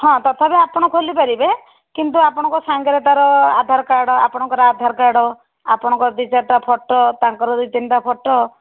ହଁ ତଥାପି ଆପଣ ଖୋଲି ପାରିବେ କିନ୍ତୁ ଆପଣଙ୍କ ସାଙ୍ଗରେ ତା'ର ଆଧାର କାର୍ଡ଼ ଆପଣଙ୍କର ଆଧାର କାର୍ଡ଼ ଆପଣଙ୍କର ଦୁଇ ଚାରିଟା ଫଟୋ ତାଙ୍କର ଦୁଇ ତିନିଟା ଫଟୋ